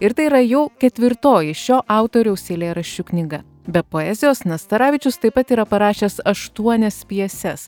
ir tai yra jau ketvirtoji šio autoriaus eilėraščių knyga be poezijos nastaravičius taip pat yra parašęs aštuonias pjeses